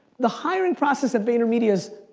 the hiring process at vaynermedia is,